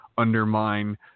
undermine